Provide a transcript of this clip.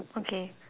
okay